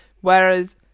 Whereas